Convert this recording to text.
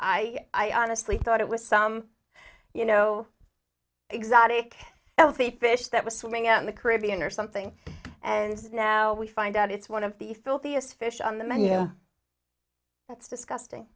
i honestly thought it was some you know exotic healthy fish that was swimming out in the caribbean or something and now we find out it's one of the filthiest fish on the menu that's disgusting